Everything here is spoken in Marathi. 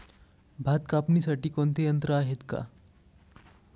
भात कापणीसाठी कोणते यंत्र आहेत का?